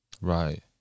Right